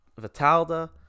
Vitalda